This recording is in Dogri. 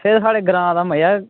फिर साढ़े ग्रां दा मज़ा गै